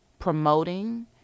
Promoting